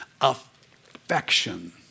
affection